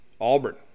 Auburn